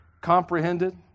comprehended